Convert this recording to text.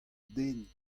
den